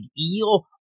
eel